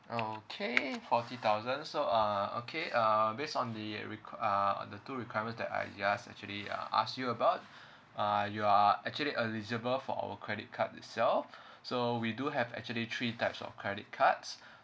okay forty thousand so uh okay uh based on the re~ uh the two requirement that I just actually uh asked you about uh you are actually eligible for our credit card itself so we do have actually three types of credit cards